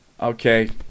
Okay